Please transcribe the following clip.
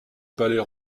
palais